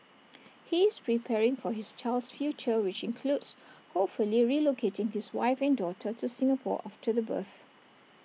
he is preparing for his child's future which includes hopefully relocating his wife and daughter to Singapore after the birth